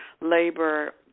labor